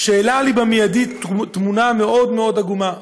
שהעלה לי במיידית תמונה מאוד מאוד עגומה,